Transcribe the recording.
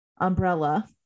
umbrella